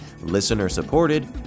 listener-supported